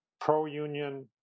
pro-union